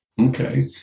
Okay